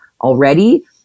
already